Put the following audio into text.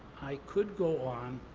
i could go on,